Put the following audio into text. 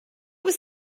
was